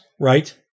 Right